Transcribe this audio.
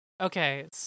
Okay